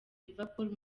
liverpool